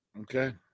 Okay